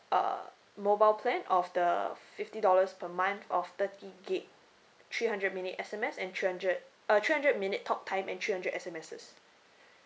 uh mobile plan of the fifty dollars per month of thirty gig three hundred minute S_M_S and three hundred uh three hundred minute talktime and three hundred S_M_S